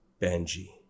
Benji